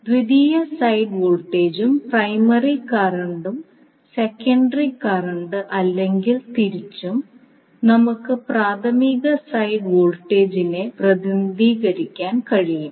ദ്വിതീയ സൈഡ് വോൾട്ടേജും പ്രൈമറി കറന്റും സെക്കൻഡറി കറന്റ് അല്ലെങ്കിൽ തിരിച്ചും നമുക്ക് പ്രാഥമിക സൈഡ് വോൾട്ടേജിനെ പ്രതിനിധീകരിക്കാൻ കഴിയും